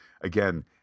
again